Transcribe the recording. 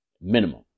Minimum